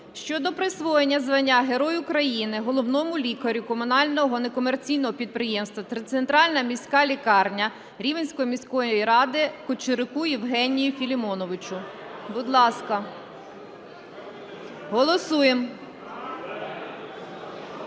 щодо присвоєння звання Герой України головному лікарю Комунального некомерційного підприємства "Центральна міська лікарня" Рівненської міської ради Кучеруку Євгенію Філімоновичу. Будь ласка, голосуємо.